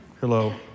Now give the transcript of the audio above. Hello